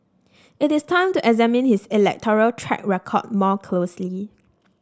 it is time to examine his electoral track record more closely